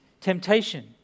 temptation